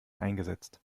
eingesetzt